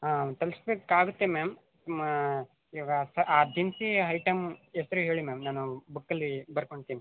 ಹಾಂ ತಲ್ಪ್ಸ್ಲಿಕ್ಕೆ ಆಗುತ್ತೆ ಮ್ಯಾಮ್ ನಿಮ್ಮ ಇವಾಗ ಆ ದಿನ್ಸಿ ಐಟಮ್ ಹೆಸ್ರ್ ಹೇಳಿ ಮ್ಯಾಮ್ ನಾನು ಬುಕ್ಕಲ್ಲಿ ಬರ್ಕೊಂತೀನಿ